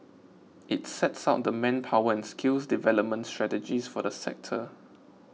it sets out the manpower and skills development strategies for the sector